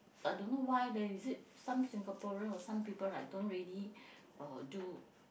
but don't know why leh is it some Singaporean or some people like don't really uh do